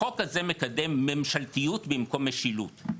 החוק הזה מקדם ממשלתיות במקום משילות.